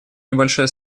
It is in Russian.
небольшая